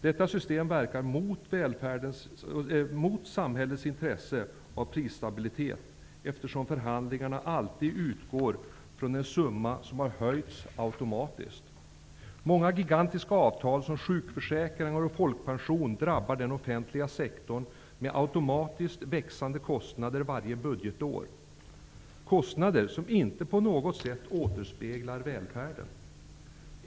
Detta system verkar mot samhällets intresse av prisstabilitet, eftersom förhandlingarna alltid utgår från en summa som har höjts automatiskt. Många gigantiska avtal som sjukförsäkringar och folkpension drabbar den offentliga sektorn med automatiskt växande kostnader varje budgetår. Det är kostnader som inte på något sätt återspeglar välfärden.